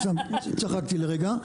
סתם צחקתי לרגע.